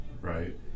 right